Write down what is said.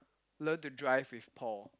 learn to drive with Paul